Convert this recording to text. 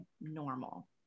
normal